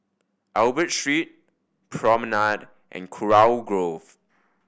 Albert Street Promenade and Kurau Grove